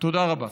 תודה רבה.